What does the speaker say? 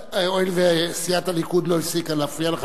הואיל וסיעת הליכוד לא הפסיקה להפריע לך,